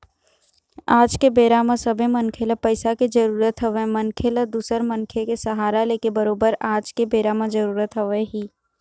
आज के बेरा म सबे मनखे ल पइसा के जरुरत हवय मनखे ल दूसर मनखे के सहारा लेके बरोबर आज के बेरा म जरुरत हवय ही